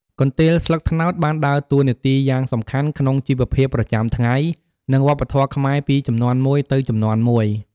កន្ទេលស្លឹកត្នោតបានដើរតួនាទីយ៉ាងសំខាន់ក្នុងជីវភាពប្រចាំថ្ងៃ និងវប្បធម៌ខ្មែរពីជំនាន់មួយទៅជំនាន់មួយ។